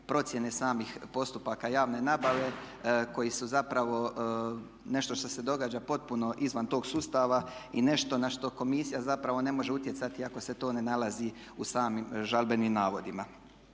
procjene samih postupaka javne nabave koji su zapravo nešto što se događa potpuno izvan tog sustava i nešto na što komisija zapravo ne može utjecati ako se to ne nalazi u samim žalbenim navodima.